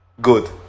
Good